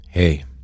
Hey